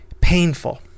painful